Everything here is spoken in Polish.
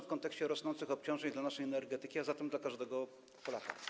W kontekście rosnących obciążeń dla naszej energetyki jest to ważne dla każdego Polaka.